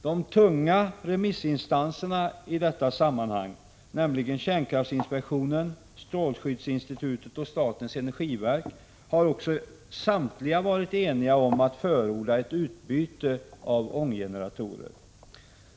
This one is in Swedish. De tunga remissinstanserna i detta sammanhang — kärnkraftinspektionen, strålskyddsinstitutet och statens energiverk — har också samtliga varit eniga om att förorda ett utbyte av ånggeneratorerna.